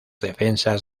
defensas